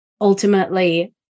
ultimately